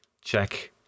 check